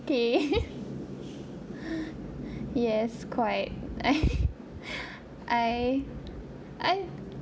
okay yes quite I I